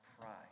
pride